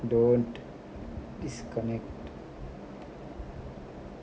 don't disconnect